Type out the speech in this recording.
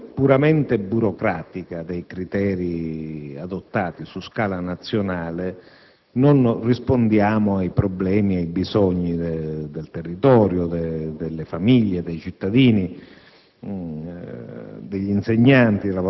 un'applicazione puramente burocratica dei criteri adottati su scala nazionale, non rispondiamo ai problemi e ai bisogni del territorio, delle famiglie, dei cittadini,